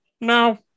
no